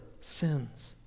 sins